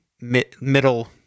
middle